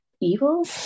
evil